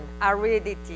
Aridity